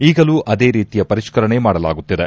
ಈಗಲೂ ಅದೇ ರೀತಿಯ ಪರಿಷ್ತರಣೆ ಮಾಡಲಾಗುತ್ತಿದೆ